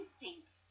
instincts